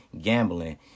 gambling